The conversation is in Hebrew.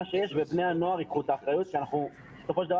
בני הנוער ייקחו את האחריות כי אנחנו בסופו של דבר